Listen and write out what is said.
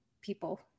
people